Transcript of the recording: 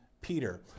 Peter